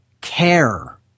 Care